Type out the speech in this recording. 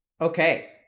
Okay